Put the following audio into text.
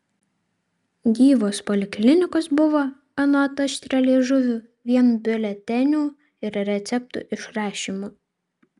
gyvos poliklinikos buvo anot aštrialiežuvių vien biuletenių ir receptų išrašymu